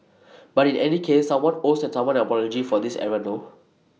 but in any case someone owes someone an apology for this error no